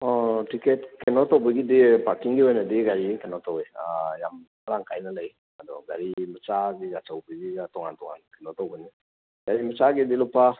ticket ꯀꯩꯅꯣ ꯇꯧꯕꯒꯤꯗꯤ ꯄꯥꯔꯀꯤꯡꯒꯤ ꯑꯣꯏꯅꯗꯤ ꯒꯥꯔꯤꯒꯤ ꯀꯩꯅꯣ ꯇꯧꯋꯦ ꯌꯥꯝ ꯃꯔꯥꯡ ꯀꯥꯏꯅ ꯂꯩ ꯑꯗꯣ ꯒꯥꯔꯤ ꯃꯆꯥꯒꯤ ꯑꯆꯧꯕꯒꯤꯒ ꯇꯣꯉꯥꯟ ꯇꯣꯉꯥꯟ ꯀꯩꯅꯣ ꯇꯧꯒꯅꯤ ꯒꯥꯔꯤ ꯃꯆꯥꯒꯤꯗꯤ ꯂꯨꯄꯥ